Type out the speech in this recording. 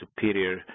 superior